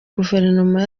guverinoma